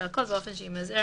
והכול באופן שימזער,